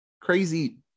Crazy